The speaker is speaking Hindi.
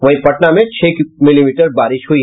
वहीं पटना में छह मिलीमीटर बारिश हुई